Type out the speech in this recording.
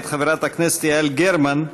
מאת חברת הכנסת יעל גרמן: